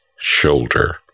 shoulder